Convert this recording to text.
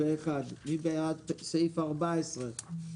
הצבעה סעיף 85(11)